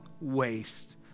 waste